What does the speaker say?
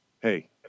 Hey